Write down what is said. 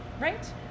Right